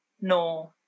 no